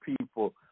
people